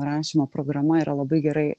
rašymo programa yra labai gerai